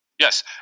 Yes